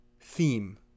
theme